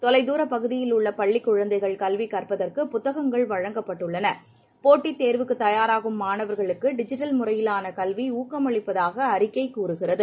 தொலைதூரபகுதிகளிலுள்ளபள்ளிகுழந்தைகள் கல்விகற்பதற்கு புத்தகங்கள் வழங்கப்பட்டுள்ளது போட்டித் தேர்வுக்குதயாராகும் மாணவர்களுக்கும் டிஜிட்டல் முறையிலானகல்விஊக்கமளிப்பதாகஅறிக்கைகூறுகிறது